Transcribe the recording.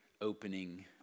opening